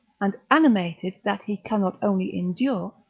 and animated, that he cannot only endure,